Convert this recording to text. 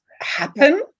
happen